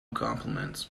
compliments